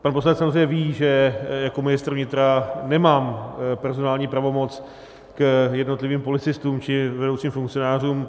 Pan poslanec samozřejmě ví, že jako ministr vnitra nemám personální pravomoc k jednotlivým policistům či vedoucím funkcionářům.